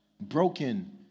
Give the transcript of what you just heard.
broken